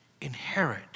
inherit